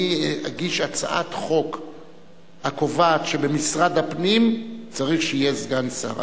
אני אגיש הצעת חוק הקובעת שבמשרד הפנים צריך שיהיה סגן שר.